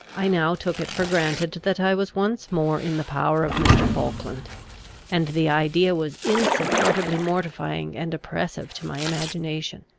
i now took it for granted that i was once more in the power of mr. falkland and the idea was insupportably mortifying and oppressive to my imagination.